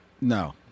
No